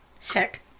heck